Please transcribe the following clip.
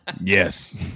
Yes